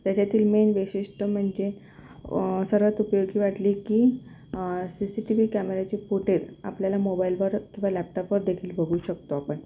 त्याच्यातील मेन वैशिष्ट्य म्हणजे सर्वात उपयोगी वाटले की सी सी टी व्ही कॅमेराची फुटेज आपल्याला मोबाईलवर किंवा लॅपटॉपवर देखील बघू शकतो आपण